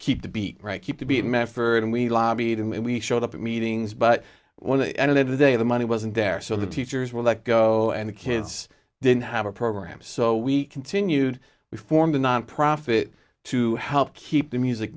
keep the beat right keep to be mefford and we lobbied and we showed up at meetings but well the end of the day the money wasn't there so the teachers were let go and the kids didn't have a program so we continued we formed a nonprofit to help keep the music